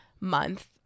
month